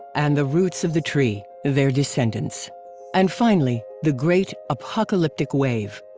and the roots of the tree, their descendants and finally, the great apocalyptic wave.